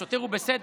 השוטר הוא בסדר,